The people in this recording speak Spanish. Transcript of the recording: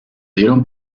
dieron